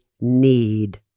need